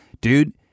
dude